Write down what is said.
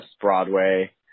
Broadway